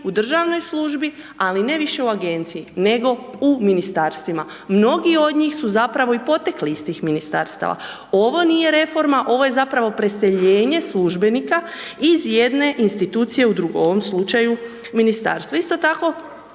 u državnoj službi, ali ne više u agenciji, nego u ministarstvima. Mnogi onih su zapravo i potekli iz tih ministarstava. Ovo nije reforma, ovo je zapravo preseljenje službenika iz jedne institucije u drugu, u ovom slučaju ministarstvo. Isto tako,